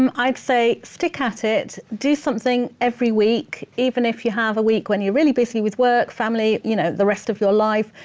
um i'd say stick at it. do something every week, even if you have a week when you're really busy with work, family, you know the rest of your life.